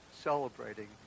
celebrating